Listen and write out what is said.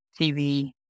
TV